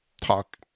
talk